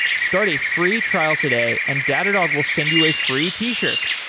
start a free trial today and datadog will send you a free t-shirt.